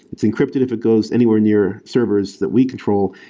it's encrypted if it goes anywhere near servers that we control,